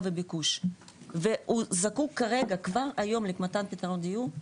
וביקוש והוא זקוק כרגע כבר היום למתן פתרון דיור,